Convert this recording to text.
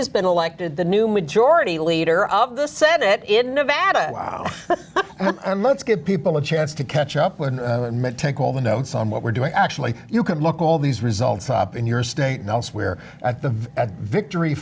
has been elected the new majority leader of the senate in nevada let's give people a chance to catch up with all the notes on what we're doing actually you can look all these results up in your state and i'll swear at the victory